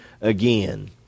again